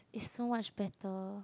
it's so much better